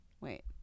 Wait